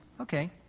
Okay